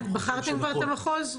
בחרתם כבר את המחוז?